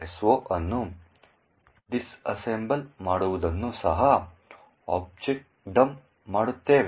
so ಅನ್ನು disassemble ಮಾಡುವುದನ್ನು ಸಹ objdump ಮಾಡುತ್ತೇವೆ